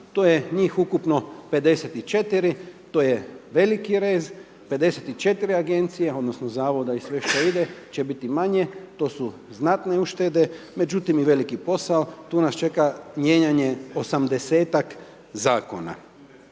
To je njih ukupno 54, to je veliki rez, 54 agencije, odnosno zavoda i sve što ide će biti manje, to su znatne uštede, međutim i veliki posao. Tu nas čeka mijenjanje 80ak zakona.